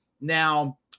Now